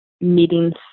meetings